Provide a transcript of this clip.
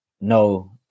no